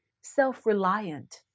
self-reliant